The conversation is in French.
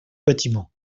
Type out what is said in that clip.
bâtiment